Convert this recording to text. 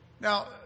Now